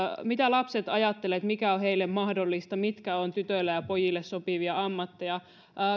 mitä lapset ajattelevat mikä on heille mahdollista mitkä ovat tytöille ja pojille sopivia ammatteja